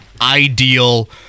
ideal